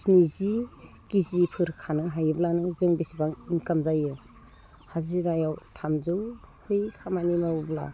स्निजि केजिफोर खानो हायोब्लानो जों बिसिबां इन्काम जायो हाजिरायाव थामजौहै खामानि मावोब्ला